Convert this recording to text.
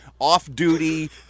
off-duty